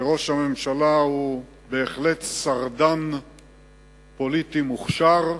שראש הממשלה הוא בהחלט שרדן פוליטי מוכשר,